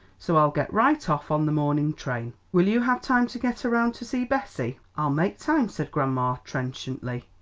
so i'll get right off on the morning train. will you have time to get around to see bessie? i'll make time, said grandma trenchantly.